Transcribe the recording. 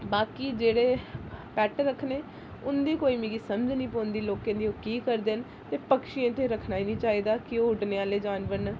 बाकी जेह्ड़े पैट रक्खने उंदी कोई मी समझ नी पौंदी लोकें दी ओह् की करदे न ते पक्षियें गी रक्खना नी चाहिदा कि ओह् उड्ढने आह्ले जानवर न